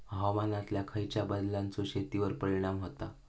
हवामानातल्या खयच्या बदलांचो शेतीवर परिणाम होता?